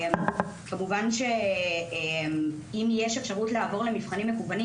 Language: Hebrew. כמובן שאם יש אפשרות לעבור למבחנים מקוונים,